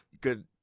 Good